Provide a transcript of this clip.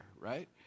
right